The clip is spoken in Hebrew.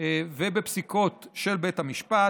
ובפסיקות של בית המשפט.